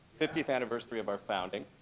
fiftieth anniversary of our founding.